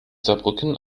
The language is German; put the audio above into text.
saarbrücken